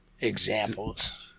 examples